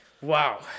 Wow